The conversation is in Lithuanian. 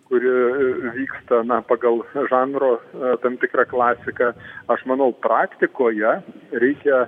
kuri vyksta na pagal žanro tam tikrą klasiką aš manau praktikoje reikia